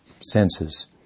senses